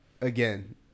again